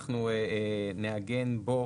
אנחנו נעגן בו